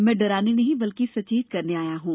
मैं डराने नहीं बल्कि सचेत करने आया हूँ